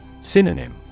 Synonym